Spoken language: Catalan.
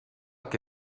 que